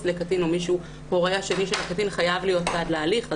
לקטין או ההורה השני של הקטין חייב להיות צד להליך הזה,